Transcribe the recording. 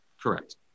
Correct